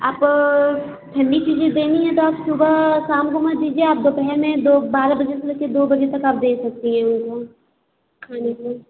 आप ठंडी चीज़ें देनी हैं तो आप सुबह शाम को मत दीजिए आप दोपहर में दो बारह बजे से दो बजे तक आप दे सकती हैं उनको खाने को